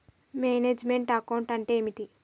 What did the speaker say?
Manage meant account అంటే ఏమిటి?